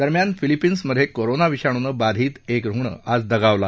दरम्यान फिलिपीन्समध्ये कोरोना विषाणूनं बाधित एक रुग्ण आज दगावला